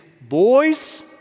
boys